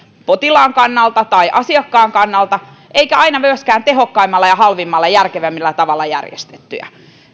potilaan kannalta tai asiakkaan kannalta eivätkä ne aina ole myöskään tehokkaimmalla halvimmalla ja järkevimmällä tavalla järjestettyjä